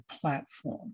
platform